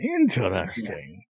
interesting